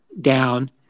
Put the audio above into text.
down